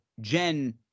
Jen